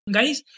Guys